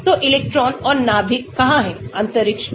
तो इलेक्ट्रॉन और नाभिक कहाँ हैं अंतरिक्ष में